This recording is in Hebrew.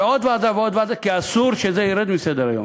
ועוד ועדה ועוד ועדה, כי אסור שזה ירד מסדר-היום.